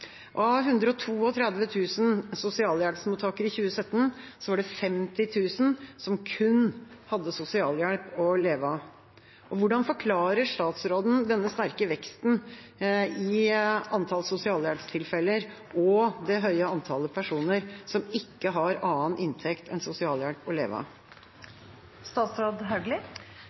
Av 132 000 sosialhjelpsmottakere i 2017 var det 50 000 som kun hadde sosialhjelp å leve av. Hvordan forklarer statsråden denne sterke veksten i antall sosialhjelpstilfeller og det høye antallet personer som ikke har annen inntekt enn sosialhjelp å leve